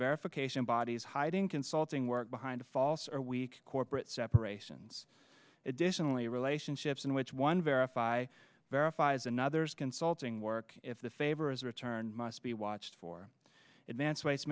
verification bodies hiding consulting work behind false or weak corporate separations additionally relationships in which one verify verify is another's consulting work if the favors return must be watched for advanced waste